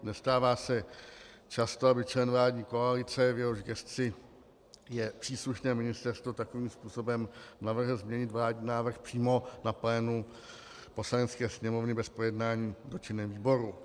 Nestává se často, aby člen vládní koalice, v jehož gesci je příslušné ministerstvo, takovým způsobem navrhl změnit vládní návrh přímo na plénu Poslanecké sněmovny bez projednání v dotčeném výboru.